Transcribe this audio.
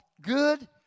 good